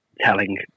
telling